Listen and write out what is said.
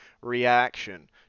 reaction